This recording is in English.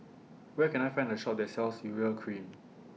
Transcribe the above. Where Can I Find A Shop that sells Urea Cream